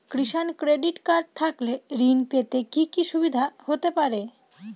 কিষান credit card থাকলে ঋণ পেতে কি কি সুবিধা হতে পারে?